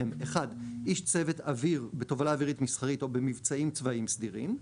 איש צוות אוויר בתובלה אווירית מסחרית או במבצעים צבאיים סדירים,